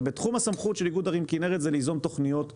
הרי בתחום הסמכות של איגוד ערים כנרת זה ליזום תוכניות בחופים,